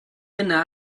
yna